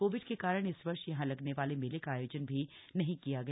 Covid के कारण इस वर्ष यहां लगने वाले मेले का आयोजन भी नहीं किया गया